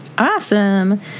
Awesome